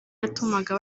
yatumaga